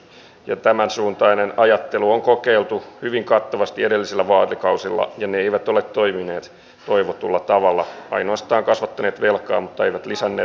sinne kohdennetaan kauan kaivattua resurssia sillä meidän kaikkien haaveena ja ne eivät ole toimineet toivotulla tavalla ainoastaan kasvattaneet velkaa mutta eivät lisäänny